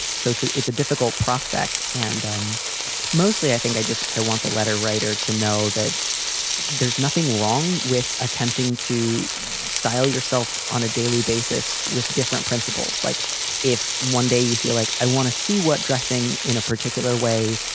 so it's a difficult prospect. and um mostly, i think i just i want the letter writer to know that there's nothing wrong with attempting to style yourself on a daily basis with different principles. like if one day you feel like i want to see what dressing in a particular way,